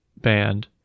band